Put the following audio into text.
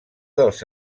dels